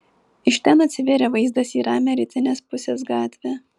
iš ten atsivėrė vaizdas į ramią rytinės pusės gatvę